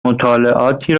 مطالعاتی